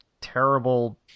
terrible